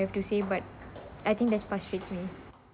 have to say but I think that's frustrates me